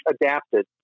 adapted